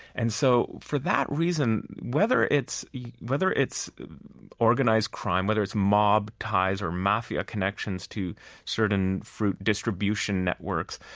and so for that reason, whether it's yeah whether it's organized crime, whether it's mob ties or mafia connections to certain fruit distribution networks,